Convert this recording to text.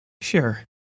Sure